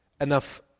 enough